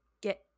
get